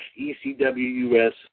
ECWUS